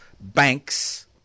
banks